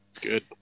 Good